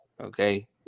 Okay